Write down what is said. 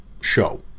show